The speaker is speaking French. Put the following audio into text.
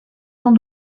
sont